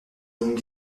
longues